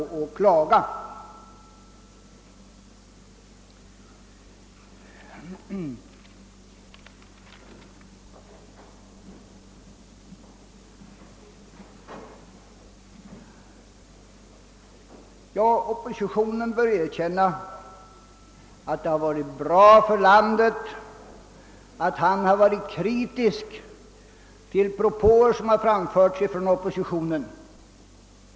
Finansministern menade att oppositionen bör erkänna att det har varit bra för landet att han ställt sig kritisk till förslag som har framförts från oppositionen.